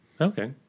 Okay